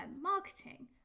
marketing